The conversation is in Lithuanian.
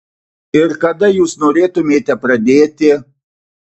ir kada jūs norėtumėte pradėti